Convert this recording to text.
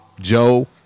joe